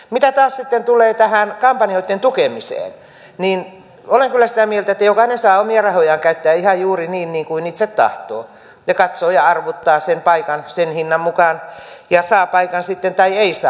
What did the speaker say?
mitä taas sitten tulee tähän kampanjoitten tukemiseen niin olen kyllä sitä mieltä että jokainen saa omia rahojaan käyttää ihan juuri niin kuin itse tahtoo ja katsoo ja arvuuttaa sen paikan sen hinnan mukaan ja saa paikan sitten tai ei saa